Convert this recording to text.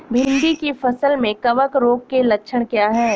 भिंडी की फसल में कवक रोग के लक्षण क्या है?